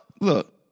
look